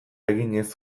eginez